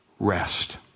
Rest